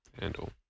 handle